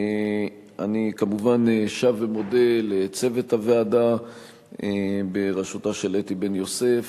אני כמובן שב ומודה לצוות הוועדה בראשותה של אתי בן-יוסף